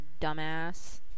dumbass